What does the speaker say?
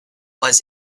was